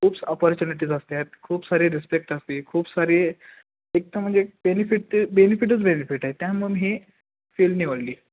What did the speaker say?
खूप अपॉर्च्युनिटीज असतात खूप सारे रिस्पेक्ट असते खूप सारी एक तर म्हणजे बेनिफिट ते बेनिफिटच बेनिफिट आहे त्यामुळं हे फील्ड निवडली